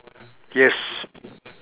yes